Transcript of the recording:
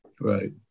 Right